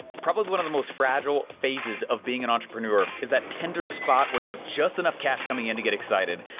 probably one of the most fragile phases of being an entrepreneur, is that tender spot where you have just enough cash coming in and get excited.